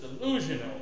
delusional